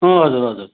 अँ हजुर हजुर